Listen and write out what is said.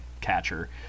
catcher